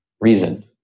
reason